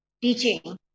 teaching